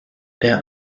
der